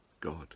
God